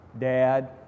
dad